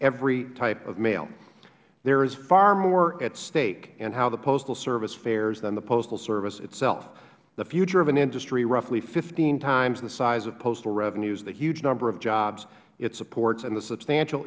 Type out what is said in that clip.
every type of mail there is far more at stake in how the postal service fares than the postal service itself the future of an industry roughly fifteen times the size of postal revenues the huge number of jobs it supports and the substantial